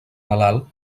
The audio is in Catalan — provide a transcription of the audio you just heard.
malalt